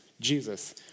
Jesus